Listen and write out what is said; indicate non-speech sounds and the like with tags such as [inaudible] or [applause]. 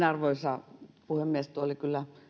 [unintelligible] arvoisa puhemies tuo oli kyllä